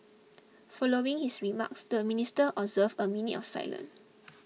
following his remarks the minister observed a minute of silence